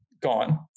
gone